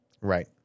right